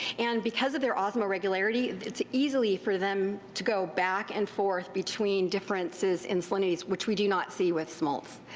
and because of their osmoregularity, itis easy for them to go back and forth between differences in salinities, which we do not see with smolts.